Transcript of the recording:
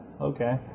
Okay